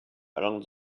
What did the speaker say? along